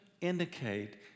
indicate